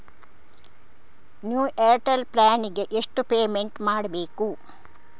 New Airtel plan ಗೆ ಎಷ್ಟು payment ಮಾಡ್ಬೇಕು?